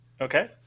Okay